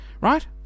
Right